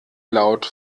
laut